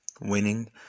winning